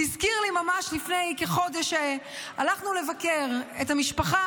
זה הזכיר לי שממש לפני כחודש הלכנו לבקר את המשפחה